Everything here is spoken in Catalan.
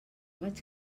vaig